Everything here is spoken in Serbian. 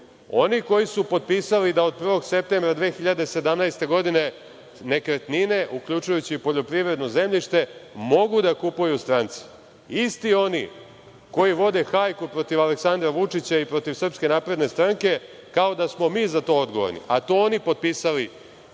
Oni koji su potpisali da od 1. septembra 2017. godine nekretnine, uključujući i poljoprivredno zemljište, mogu da kupuju stranci. Isti oni koji vode hajku protiv Aleksandra Vučića i protiv SNS, kao da smo mi za to odgovorni, a to on potpisali